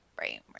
Right